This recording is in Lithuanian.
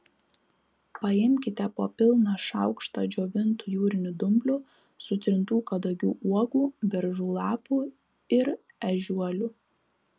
paimkite po pilną šaukštą džiovintų jūrinių dumblių sutrintų kadagių uogų beržų lapų ir ežiuolių